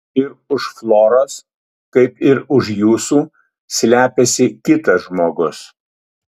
ir už floros kaip ir už jūsų slepiasi kitas žmogus